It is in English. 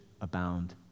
abound